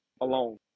alone